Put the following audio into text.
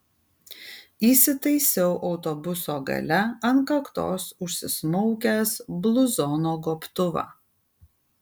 įsitaisiau autobuso gale ant kaktos užsismaukęs bluzono gobtuvą